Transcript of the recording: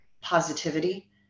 positivity